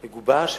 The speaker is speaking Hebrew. יגובש,